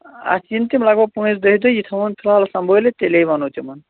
اَتھ یِن تِم لگ بگ پٲنٛژِ دَہہِ دۅہۍ یہِ تھَوہون فِلحال سنبھٲلِتھ تیٚلے وَنو تِمَن